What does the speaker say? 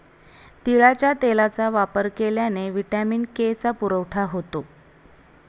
तिळाच्या तेलाचा वापर केल्याने व्हिटॅमिन के चा पुरवठा होतो